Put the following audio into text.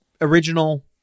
original